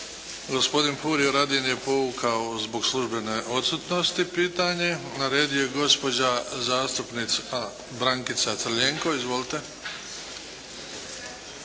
Gospodin Furio Radin je povukao zbog službene odsutnosti pitanje. Na redu je gospođa zastupnica Brankica Cljenko. Izvolite.